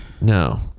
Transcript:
No